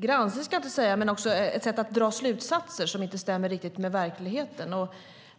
jag ska inte säga granskning men ett sätt att dra slutsatser som inte riktigt stämmer med verkligheten.